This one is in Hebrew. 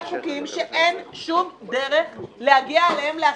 חוקים שאין שום דרך להגיע עליהם להסכמה.